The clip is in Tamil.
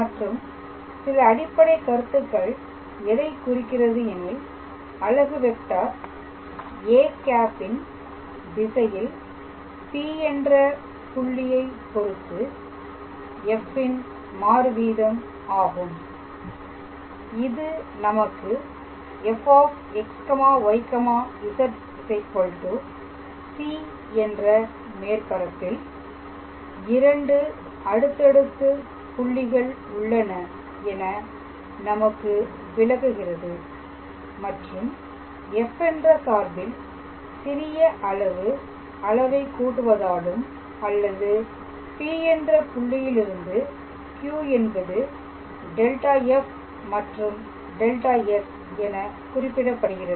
மற்றும் சில அடிப்படைக் கருத்துக்கள் எதை குறிக்கிறது எனில் அலகு வெக்டார் â இன் திசையில் P என்ற புள்ளியை பொருத்து f இன் மாறு வீதம் ஆகும் இது நமக்கு fxyz c என்ற மேற்பரப்பில் இரண்டு அடுத்தடுத்து புள்ளிகள் உள்ளன என நமக்கு விளக்குகிறது மற்றும் f என்ற சார்பில் சிறிய அளவு அளவை கூட்டுவதாலும் அல்லது P என்ற புள்ளியில் இருந்து Q என்பது δf மற்றும் δs என குறிப்பிடப்படுகிறது